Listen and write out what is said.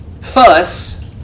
fuss